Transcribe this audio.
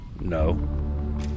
No